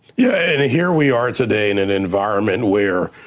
yeah, and here we are today in an environment where,